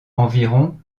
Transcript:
environ